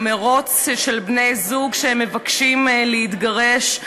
המירוץ של בני-זוג שמבקשים להתגרש,